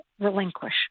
relinquish